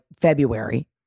February